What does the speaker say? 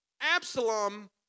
Absalom